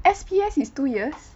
S_P_S is two years